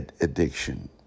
addiction